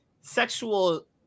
sexual